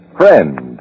friend